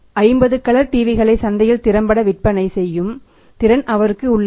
50 colour டிவிகளை சந்தையில் திறம்பட விற்பனை செய்யும் திறன் அவருக்கு உள்ளது